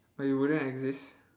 oh you wouldn't exist